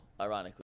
ironically